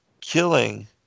killing